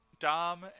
Dom